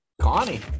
Connie